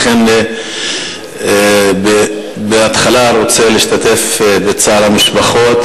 ולכן בהתחלה אני רוצה להשתתף בצער המשפחות